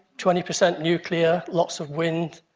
twenty percent nuclear, lots of wind.